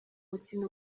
mukino